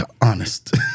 honest